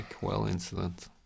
well-incident